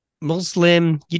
Muslim